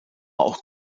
auch